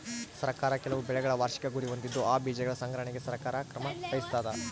ಸರ್ಕಾರ ಕೆಲವು ಬೆಳೆಗಳ ವಾರ್ಷಿಕ ಗುರಿ ಹೊಂದಿದ್ದು ಆ ಬೀಜಗಳ ಸಂಗ್ರಹಣೆಗೆ ಸರ್ಕಾರ ಕ್ರಮ ವಹಿಸ್ತಾದ